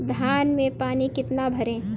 धान में पानी कितना भरें?